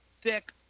thick